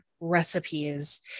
recipes